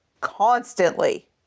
constantly